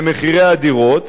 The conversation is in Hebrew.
במחירי הדירות.